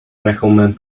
recommend